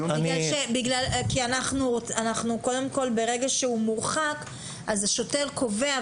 ברגע שהוא מורחק אז השוטר קובע,